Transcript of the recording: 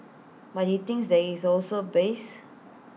but he thinks there is also bias